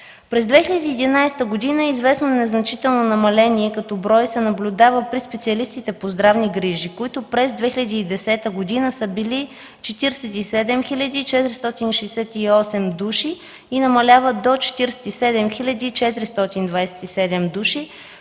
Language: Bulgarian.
През 2011 г. известно незначително намаление като брой се наблюдава при специалистите по здравни грижи, които през 2010 г. са били 47 468 души и намаляват до 47 427 души,